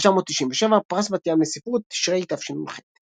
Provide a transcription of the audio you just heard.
1997 - פרס בת ים לספרות, תשרי, תשנ"ח.